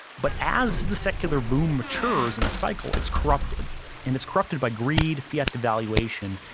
but as the secular boom matures in a cycle, it's corrupted and it's corrupted by greed, fiat devaluation.